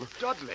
Dudley